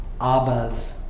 Abba's